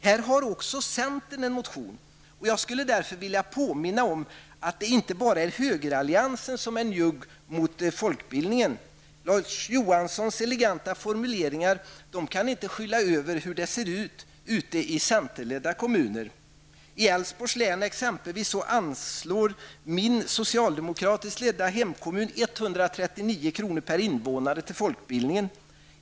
Här har också centern väckt en motion. Jag skulle därför vilja påminna om att det inte bara är högeralliansen som är njugg mot folkbildningen. Larz Johanssons eleganta formuleringar kan inte skyla över hur det ser ut ute i centerledda kommuner. I exempelvis Älvsborgs län anslår min socialdemokratiskt ledda hemkommun 139 kr. per invånare till folkbildningen.